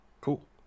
Cool